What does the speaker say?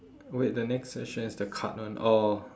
wait the next session is the card one oh